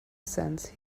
sense